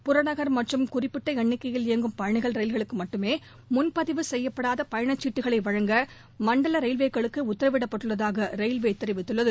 புறநகர் மற்றும் குறிப்பிட்ட எண்ணிக்கையில் இயங்கும் பயணிகள் ரயில்களுக்கு மட்டுமே முன்பதிவு செய்யப்படாத பயண சீட்டுகளை வழங்க மண்டல ரயில்வேக்களுக்கு உத்தரவிடப்பட்டுள்ளதாக ரயில்வே தெரிவித்துள்ளது